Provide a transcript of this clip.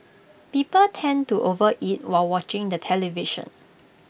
people tend to overeat while watching the television